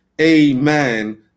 Amen